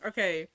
Okay